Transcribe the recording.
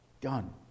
Done